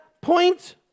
point